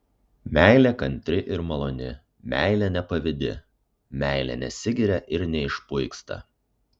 meilė kantri ir maloni meilė nepavydi meilė nesigiria ir neišpuiksta